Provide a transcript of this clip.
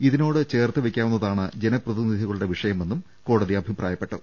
ഇതിനോട് ചേർത്തു വെക്കാവുന്നതാണ് ജനപ്രതിനിധികളുടെ വിഷയമെന്നും കോടതി അഭിപ്രായപ്പെട്ടു